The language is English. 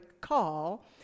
call